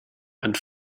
and